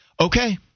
okay